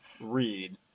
read